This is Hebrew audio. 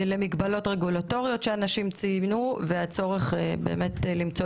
למגבלות רגולטוריות שאנשים ציינו והצורך למצוא